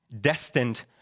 destined